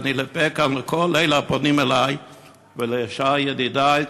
ואני לפה כאן לכל אלה הפונים אלי ולשאר ידידי,